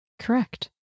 Correct